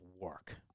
work